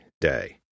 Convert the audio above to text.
day